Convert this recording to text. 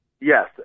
Yes